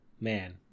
Man